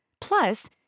Plus